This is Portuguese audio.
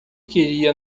queria